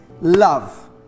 love